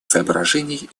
соображений